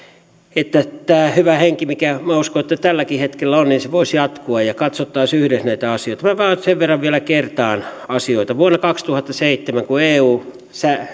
että tämä hyvä henki mikä minä uskon tälläkin hetkellä on voisi jatkua ja katsottaisiin yhdessä näitä asioita minäpä nyt jonkin verran vielä kertaan asioita vuonna kaksituhattaseitsemän kun eu